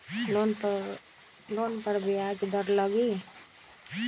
Loan पर ब्याज दर लगी?